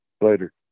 Later